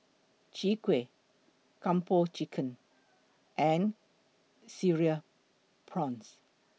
Chwee Kueh Kung Po Chicken and Cereal Prawns